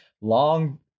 long